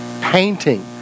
Painting